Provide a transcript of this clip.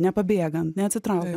nepabėgant neatsitraukia